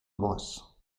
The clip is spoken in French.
bros